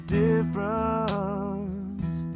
difference